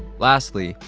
lastly,